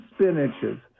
spinaches